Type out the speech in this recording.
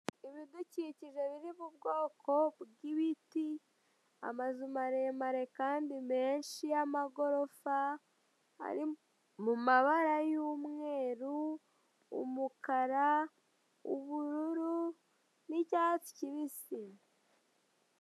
Ibidukikije biri mu bwoko bw'ititi, amazu maremare kandi menshi yamagorofa ari mu mabara y'umweru, umukara, ubururu n'icyatsi kibisi.